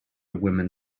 women